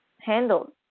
handled